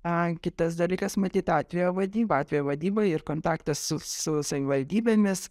a kitas dalykas matyt atvejo vadyba atvejo vadyba ir kontaktas su su savivaldybėmis